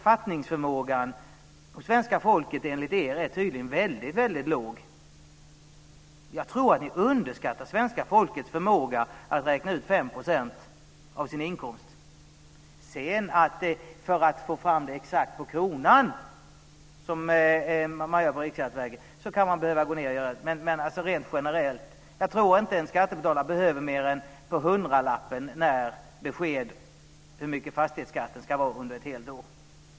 Fattningsförmågan hos svenska folket enligt er är tydligen väldigt låg. Jag tror att ni underskattar svenska folkets förmåga att räkna ut 5 % av sin inkomst. Att sedan få fram detta exakt på kronan som man gör på Riksskatteverket kan kräva lite mer arbete. Men rent generellt kan man säga detta. Jag tror inte att en skattebetalare behöver besked mer än på hundralappen om hur stor fastighetsskatten ska vara under ett helt år.